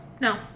No